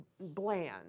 bland